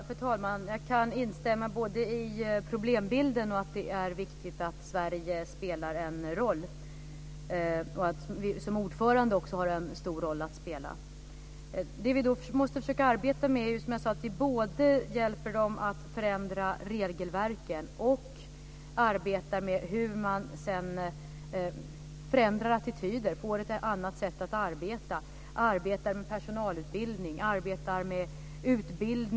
Fru talman! Även jag, precis som Sonja Fransson, ingår i Riksdagens handikappforum. Vi hade två seminariedagar förra året. Jag tror att vi alla blev ganska chockade över de berättelser som Bengt Lindqvist delgav oss. I Rumänien, vill jag minnas, att i en institution som var byggd för 12 personer bodde 84 funktionshindrade. Det var 3 anställda, inget rinnande vatten och inte något glas i fönstren. Vi var väldigt chockade allihopa.